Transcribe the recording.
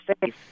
face